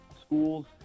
schools